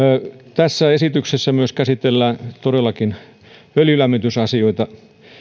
tässä esityksessä käsitellään todellakin myös öljylämmitysasioita